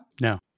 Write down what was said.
No